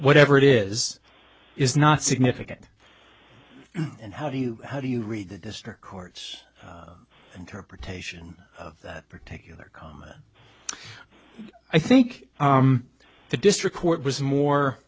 whatever it is is not significant and how do you how do you read the district court's interpretation of that particular comma i think the district court was more